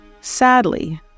Sadly